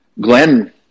Glenn